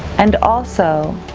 and also,